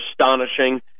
astonishing